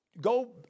Go